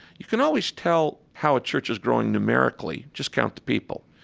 you can always tell how a church is growing numerically. just count the people.